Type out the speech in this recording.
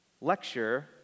lecture